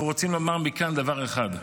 אנחנו רוצים לומר מכאן דבר אחד: